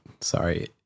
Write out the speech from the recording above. sorry